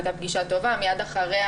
מיד אחריה